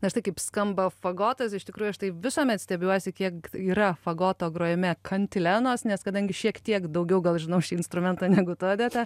na štai kaip skamba fagotas iš tikrųjų aš tai visuomet stebiuosi kiek yra fagoto grojime kantilenos nes kadangi šiek tiek daugiau gal žinau šį instrumentą negu tu odeta